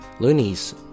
Loonies